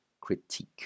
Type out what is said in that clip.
critique